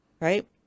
Right